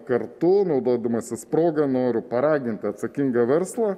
kartu naudodamasis proga noriu paraginti atsakingą verslą